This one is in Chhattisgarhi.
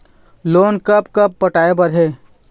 लोन कब कब पटाए बर हे?